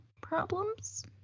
problems